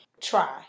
try